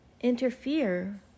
interfere